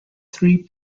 three